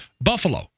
Buffalo